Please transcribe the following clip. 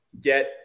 get